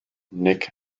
nick